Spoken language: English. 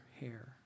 hair